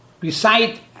recite